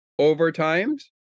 overtimes